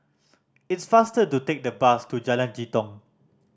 it's faster to take the bus to Jalan Jitong